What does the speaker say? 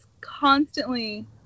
constantly